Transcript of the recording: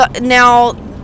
Now